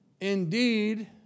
indeed